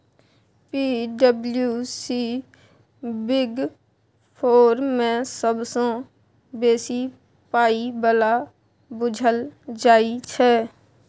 पी.डब्ल्यू.सी big four मे सबसँ बेसी पाइ बला बुझल जाइ छै